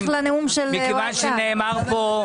מכיוון שנאמר פה,